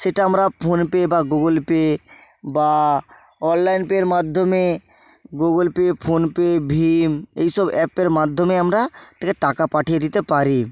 সেটা আমরা ফোনপে বা গুগুল পে বা অনলাইন পেয়ের মাধ্যমে Google Pay Google Pay PhonePe ভিম এইসব অ্যাপের মাধ্যমে আমরা তাকে টাকা পাঠিয়ে দিতে পারি